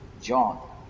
john